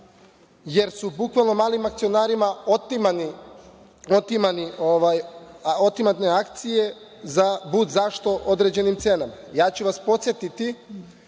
jer su bukvalno malim akcionarima otimane akcije za budzašto određenim cenama. Ja ću vas podsetiti